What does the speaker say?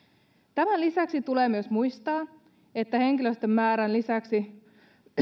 tämän lisäksi tulee muistaa myös että henkilöstön määrän lisäksi